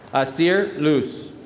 asir loose.